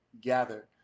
gather